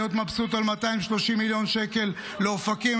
להיות מבסוט על 230 מיליון שקלים לאופקים,